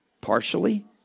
Partially